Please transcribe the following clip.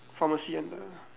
pharmacy and the